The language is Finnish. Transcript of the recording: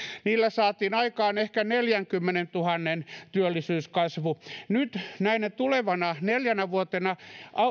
saatiin aikaan ehkä neljänkymmenentuhannen työllisyyskasvu nyt näinä tulevina neljänä vuotena